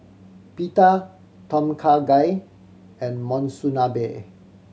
Pita Tom Kha Gai and Monsunabe